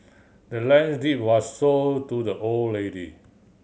the land's deed was sold to the old lady